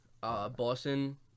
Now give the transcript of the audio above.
Boston